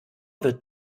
wird